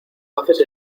haces